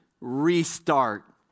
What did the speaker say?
restart